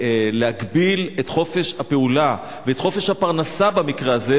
להגביל את חופש הפעולה ואת חופש הפרנסה במקרה הזה,